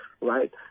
right